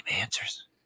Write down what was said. answers